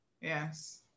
Yes